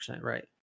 right